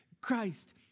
Christ